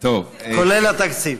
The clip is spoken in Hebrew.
כולל התקציב.